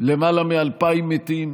למעלה מ-2,000 מתים,